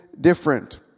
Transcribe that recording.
different